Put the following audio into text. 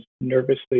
nervously